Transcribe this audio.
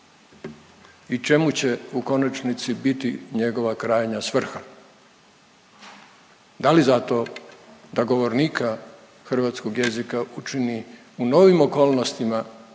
i čemu će u konačnici biti njegova krajnja svrha. Da li za to da govornika hrvatskog jezika učini u novim okolnostima,